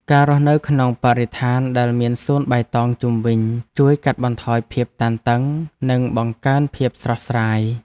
ការរស់នៅក្នុងបរិស្ថានដែលមានសួនបៃតងជុំវិញជួយកាត់បន្ថយភាពតានតឹងនិងបង្កើនភាពស្រស់ស្រាយ។